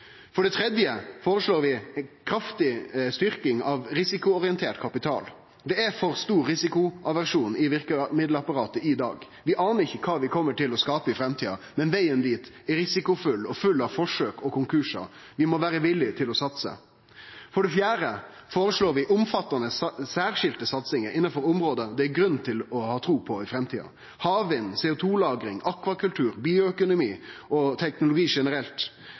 For det tredje føreslår vi kraftig styrking av risikoorientert kapital. Det er for stor risikoaversjon i verkemiddelapparatet i dag. Vi anar ikkje kva vi kjem til å skape i framtida, men vegen dit er risikofull og full av forsøk og konkursar. Vi må vere villige til å satse. For det fjerde føreslår vi omfattande, særskilde satsingar innanfor område det er grunn til å ha tru på i framtida: havvind, CO2-lagring, aquakultur, bioøkonomi og teknologi generelt.